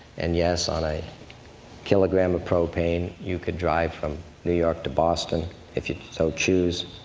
and yes, on a kilogram of propane, you could drive from new york to boston if you so choose.